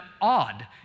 odd